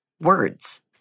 words